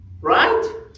right